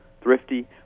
thrifty